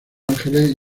ángeles